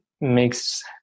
makes